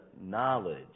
knowledge